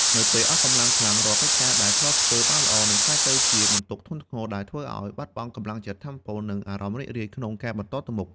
នៅពេលអស់កម្លាំងខ្លាំង រាល់កិច្ចការដែលធ្លាប់ធ្វើបានល្អ នឹងក្លាយទៅជាបន្ទុកធ្ងន់ធ្ងរ ដែលធ្វើឲ្យបាត់បង់កម្លាំងចិត្ត ថាមពល និងអារម្មណ៍រីករាយក្នុងការបន្តទៅមុខ។